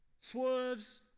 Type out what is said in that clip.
swerves